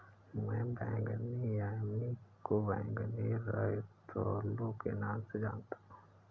मैं बैंगनी यामी को बैंगनी रतालू के नाम से जानता हूं